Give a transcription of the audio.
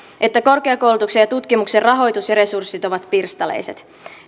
että korkeakoulutuksen ja tutkimuksen rahoitus ja resurssit ovat pirstaleiset